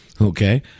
Okay